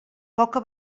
poca